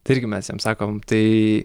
tai irgi mes jiems sakom tai